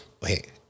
Wait